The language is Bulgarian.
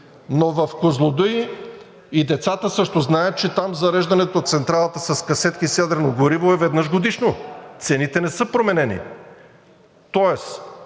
Но в „Козлодуй“ и децата също знаят, че зареждането на централата с касетки с ядрено гориво е веднъж годишно, цените не са променени.